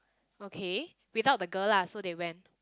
okay without the girl lah so they went